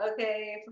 okay